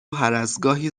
هرازگاهی